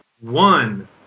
one